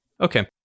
Okay